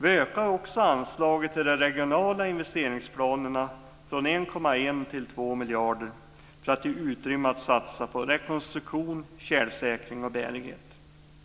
Vi ökar också anslaget till de regionala investeringsplanerna från 1,1 miljarder kronor till 2 miljarder kronor för att ge utrymme för att satsa på rekonstruktion, tjälsäkring och bärighet.